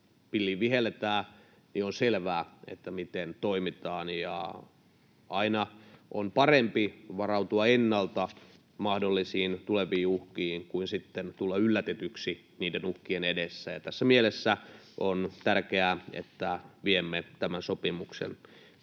on selvää, miten toimitaan. Aina on parempi varautua ennalta mahdollisiin tuleviin uhkiin kuin sitten tulla yllätetyksi niiden uhkien edessä. Tässä mielessä on tärkeää, että viemme tämän sopimuksen